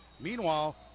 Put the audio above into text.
Meanwhile